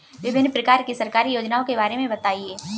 विभिन्न प्रकार की सरकारी योजनाओं के बारे में बताइए?